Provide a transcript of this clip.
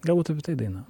galbūt apie tai daina